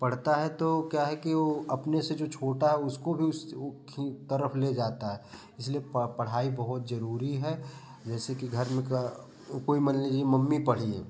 पढ़ता है तो क्या है कि वो अपने से छोटा है उसको भी उस तरफ ले जाता है इसलिए पढ़ाई बहुत जरूरी है जैसे कि घर में का कोई मान लीजिए मम्मी पढ़ी है